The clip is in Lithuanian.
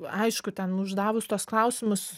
aišku ten uždavus tuos klausimus